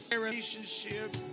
Relationship